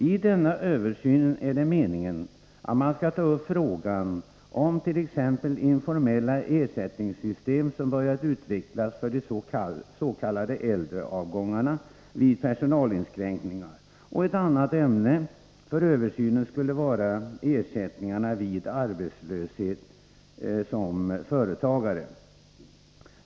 I denna översyn är det meningen att man skall ta upp t.ex. frågan om de informella ersättningssystem som börjat utvecklas för de s.k. äldreavgångarna vid personalinskränkningar. Ett annat ämne för översynen skulle vara ersättningarna vid arbetslöshet för företagare.